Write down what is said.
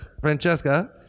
Francesca